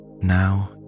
Now